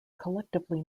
collectively